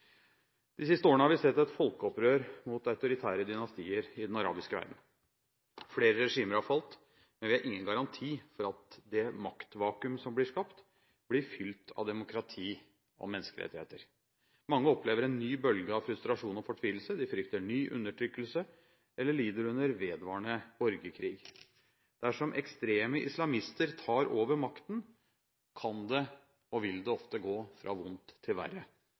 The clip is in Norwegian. De siste årene har vi sett et folkeopprør mot autoritære dynastier i den arabiske verden. Flere regimer har falt. Men vi har ingen garanti for at det maktvakuum som blir skapt, blir fylt av demokrati og menneskerettigheter. Mange opplever en ny bølge av frustrasjon og fortvilelse, de frykter ny undertrykkelse eller lider under vedvarende borgerkrig. Dersom ekstreme islamister tar over makten, kan det, og vil det ofte, gå fra vondt til verre.